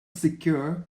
secure